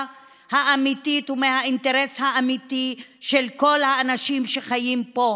האמיתית ומהאינטרס האמיתי של כל האנשים שחיים פה: